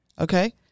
okay